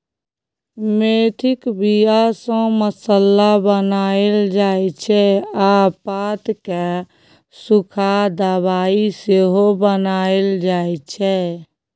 मेथीक बीया सँ मसल्ला बनाएल जाइ छै आ पात केँ सुखा दबाइ सेहो बनाएल जाइ छै